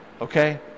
Okay